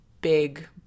big